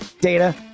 data